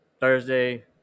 Thursday